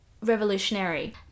revolutionary